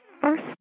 first